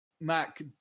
Mac